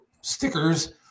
stickers